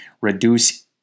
Reduce